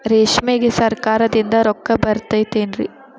ರೇಷ್ಮೆಗೆ ಸರಕಾರದಿಂದ ರೊಕ್ಕ ಬರತೈತೇನ್ರಿ?